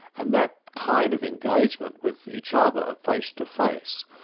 and that kind of engagement with each other face to face,